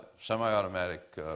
Semi-automatic